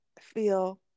feel